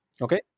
okay